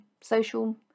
social